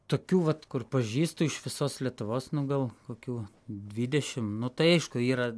tokių vat kur pažįstu iš visos lietuvos nu gal kokių dvidešim nu tai aišku yra